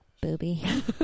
Booby